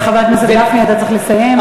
חבר הכנסת גפני, אתה צריך לסיים.